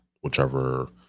whichever